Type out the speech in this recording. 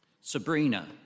Sabrina